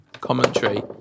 commentary